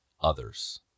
others